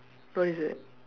what is it